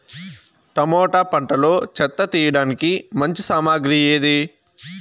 Tomato పంటలో చెత్త తీయడానికి మంచి సామగ్రి ఏది?